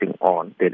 on